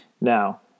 now